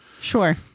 Sure